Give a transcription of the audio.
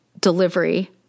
delivery